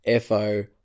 FO